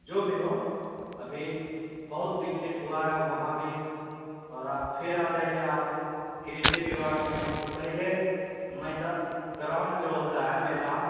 जो भी हो अभी बहुत विकसित हुआ है वहाँ भी और फिर आ जाइए आप कृषि विभाग में तो पहले मैदा ग्राउंड जो होता है मैदान